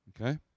Okay